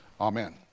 amen